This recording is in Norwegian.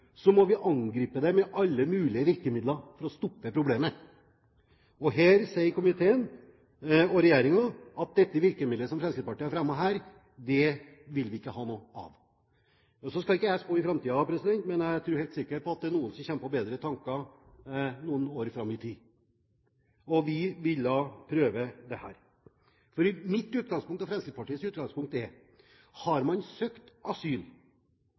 vi må angripe det med alle mulige virkemidler for å stoppe problemet. Her sier komiteen og regjeringen at virkemidlet som Fremskrittspartiet har fremmet, vil vi ikke ha noe av. Nå skal ikke jeg spå om framtiden, men jeg tror – er helt sikker på – at det er noen som kommer på bedre tanker noen år fram i tid. Vi ville prøve dette. Mitt og Fremskrittspartiets utgangspunkt er: Har man søkt asyl,